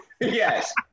yes